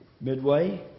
Midway